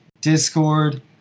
Discord